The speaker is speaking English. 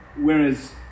whereas